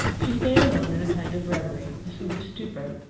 she stayed alone in a kind of reverie a sort of stupor.